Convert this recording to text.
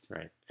Right